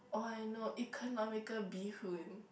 oh I know economical bee hoon